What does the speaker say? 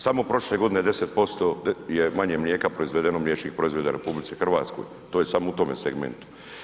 Samo prošle godine 10% je manje mlijeka proizvedeno, mliječnih proizvoda u RH, to je samo u tome segmentu.